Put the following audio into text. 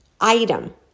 item